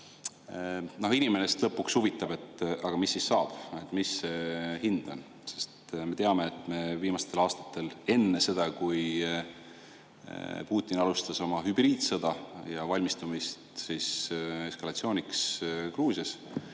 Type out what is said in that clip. Inimest lõpuks huvitab, aga mis siis saab, mis on hind. Me teame, et viimastel aastatel, enne seda, kui Putin alustas oma hübriidsõda ja enne valmistumist eskalatsiooniks Gruusias,